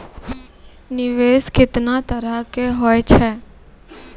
निवेश केतना तरह के होय छै?